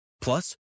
Plus